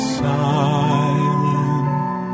silent